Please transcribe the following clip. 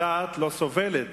הדעת לא סובלת